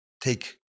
take